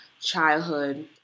childhood